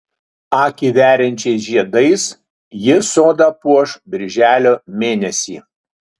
akį veriančiais žiedais ji sodą puoš birželio mėnesį